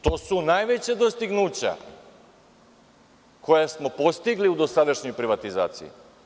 To su najveća dostignuća koja smo postigli u dosadašnjoj privatizaciji.